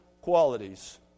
qualities